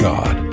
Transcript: God